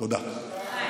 תודה.